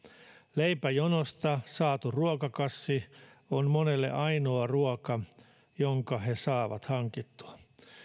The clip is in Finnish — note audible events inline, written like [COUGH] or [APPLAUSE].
leipäjonosta saatu ruokakassi [UNINTELLIGIBLE] on monelle ainoa ruoka jonka he saavat hankittua